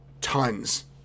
Tons